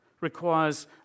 requires